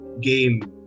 game